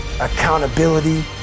accountability